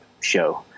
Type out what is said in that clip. show